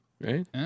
right